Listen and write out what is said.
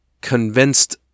convinced